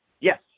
Yes